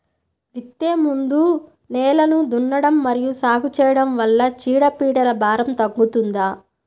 విత్తే ముందు నేలను దున్నడం మరియు సాగు చేయడం వల్ల చీడపీడల భారం తగ్గుతుందా?